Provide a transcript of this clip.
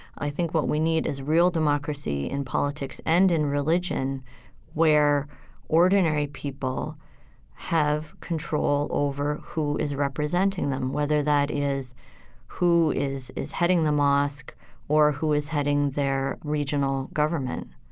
i think what we need is real democracy in politics and in religion where ordinary people have control over who is representing them whether that is who is, is heading the mosque or who is heading their regional government